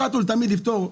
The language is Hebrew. אחת ולתמיד לפתור.